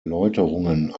erläuterungen